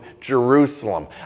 Jerusalem